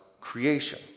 creation